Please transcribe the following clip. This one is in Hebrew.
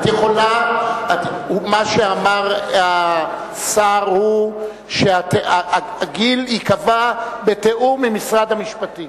מה שאמר השר הוא שהגיל ייקבע בתיאום עם משרד המשפטים.